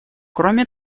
кроме